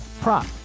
prop